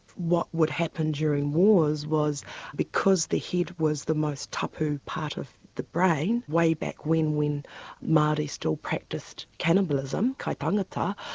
what would happen during wars was because the head was the most tapu part of the brain way back when when maori still practises cannibalism, kaitangata,